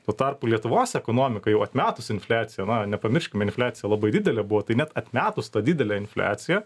tuo tarpu lietuvos ekonomikai jau atmetus infliaciją nepamirškim infliacija labai didelė buvo tai net atmetus tą didelę infliaciją